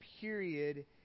period